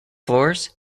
floors